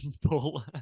pull